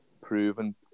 proven